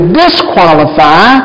disqualify